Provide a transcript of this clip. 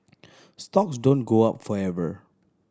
stocks don't go up forever